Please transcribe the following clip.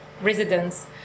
residents